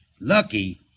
Lucky